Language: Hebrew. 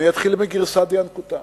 אני אתחיל מגרסא דינקותא.